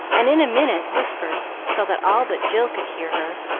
and in a minute whisper so that all but jill could hear her,